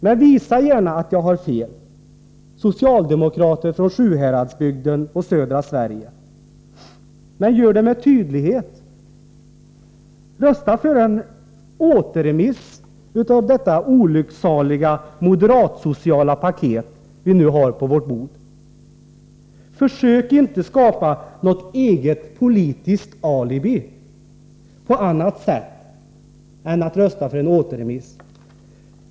Men visa gärna att jag har fel, socialdemokrater från Sjuhäradsbygden och södra Sverige! Men gör det med tydlighet! Rösta för återremiss av detta olycksaliga moderat-sociala paket vi nu har på vårt bord! Försök inte skapa något eget politiskt alibi på annat sätt än att rösta för en återremiss!